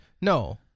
No